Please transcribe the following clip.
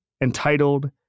entitled